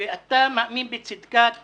ואתה מאמין בצדקת הדרך.